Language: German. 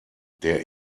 der